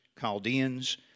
Chaldeans